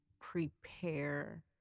prepare